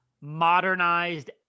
modernized